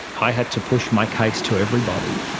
i had to push my case to everybody.